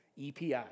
EPI